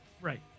Right